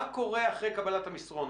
מה קורה אחרי קבלת המסרון?